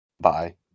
Bye